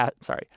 Sorry